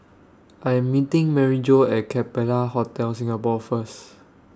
I Am meeting Maryjo At Capella Hotel Singapore First